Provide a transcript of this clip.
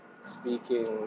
speaking